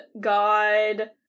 god